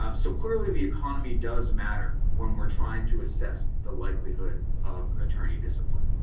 um so clearly the economy does matter when we're trying to assess the likelihood of attorney discipline.